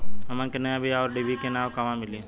हमन के नया बीया आउरडिभी के नाव कहवा मीली?